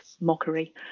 mockery